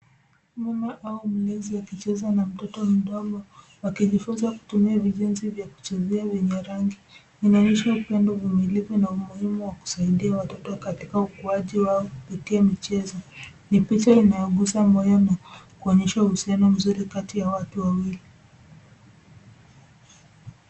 Mama au mlezi akicheza na mtoto mdogo wakijifunza kutumia vijenzi vya kuchezea vyenye rangi. Inaonyedha upendo, uvumilivu na umuhimu wa kusaidia watoto katika ukuaji wao kupitia michezo. Ni picha inayoguza moyo na kuonyesha uhusiano mzuri kati ya watu wawili.